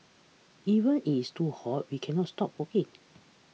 even it's too hot we cannot stop working